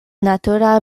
natura